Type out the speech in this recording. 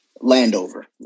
Landover